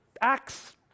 Acts